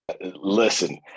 Listen